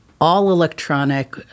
all-electronic